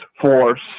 force